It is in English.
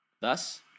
Thus